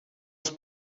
els